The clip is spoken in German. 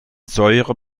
säure